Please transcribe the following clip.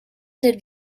did